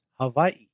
Hawaii